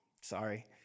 Sorry